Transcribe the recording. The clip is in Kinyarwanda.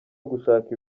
ugushaka